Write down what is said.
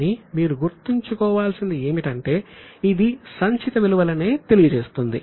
కానీ మీరు గుర్తుంచుకోవాల్సింది ఏమిటంటే ఇది సంచిత విలువలనే తెలియజేస్తుంది